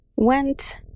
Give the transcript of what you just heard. went